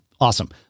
Awesome